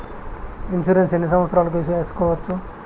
Insurance ఎన్ని సంవత్సరాలకు సేసుకోవచ్చు?